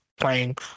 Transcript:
playing